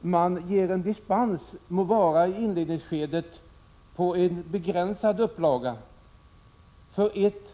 Man borde i inledningsskedet kunna ge dispens för en begränsad upplaga av ett